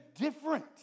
different